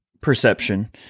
perception